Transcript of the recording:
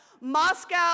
Moscow